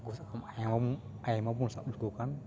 ᱦᱟᱹᱠᱩ ᱟᱭᱚᱢ ᱟᱭᱢᱟ ᱵᱚᱱ ᱥᱟᱵ ᱞᱮᱠᱚᱠᱷᱟᱱ